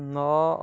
ନଅ